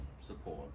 support